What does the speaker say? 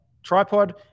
tripod